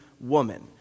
woman